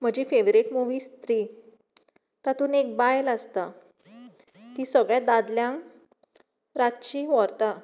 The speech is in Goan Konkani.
म्हजी फेवरेट मुवी स्त्री तांतून एक बायल आसता ती सगल्या दादल्यांक रातची व्होरता